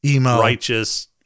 righteous